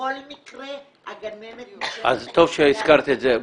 שבכל מקרה הגננת נשארת עם סייעת --- אז טוב שהזכרת את זה.